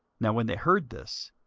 now when they heard this,